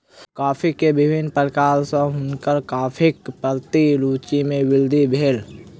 coffee के विभिन्न प्रकार सॅ हुनकर कॉफ़ीक प्रति रूचि मे वृद्धि भेल